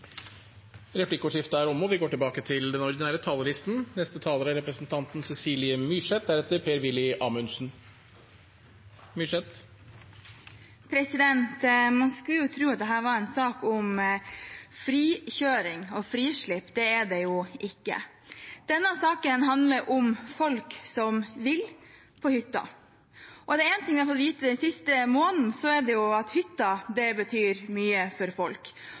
Replikkordskiftet er omme. De talere som heretter får ordet, har også en taletid på inntil 3 minutter. Man skulle tro at dette var en sak om frikjøring og frislipp. Det er det jo ikke. Denne saken handler om folk som vil på hytta. Og er det én ting vi har fått vite den siste måneden, er det at hytta betyr mye for folk.